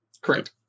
Correct